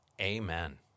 Amen